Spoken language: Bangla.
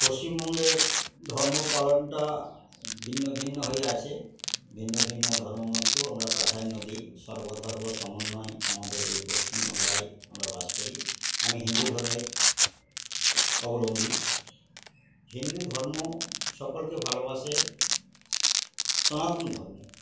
পশ্চিমবঙ্গের ধর্ম পালনটা ভিন্ন ভিন্ন হয়ে আছে ভিন্ন ভিন্ন ধর্মমতকেও আমরা প্রাধান্য দিই সর্বধর্ম সমন্বয় আমাদের এই পশ্চিমবাংলায় আমরা বাস করি আমি হিন্দু ধর্মের অবলম্বী হিন্দু ধর্ম সকলকে ভালোবাসে সনাতন ধর্ম